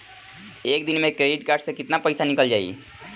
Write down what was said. एक दिन मे क्रेडिट कार्ड से कितना पैसा निकल जाई?